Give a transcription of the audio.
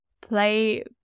play